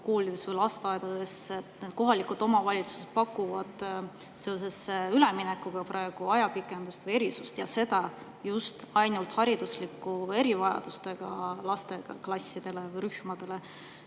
koolides või lasteaedades kohalikud omavalitsused pakuvad seoses üleminekuga praegu ajapikendust või erisust, ja seda just ainult hariduslike erivajadustega laste klassidele või rühmadele,